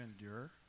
endure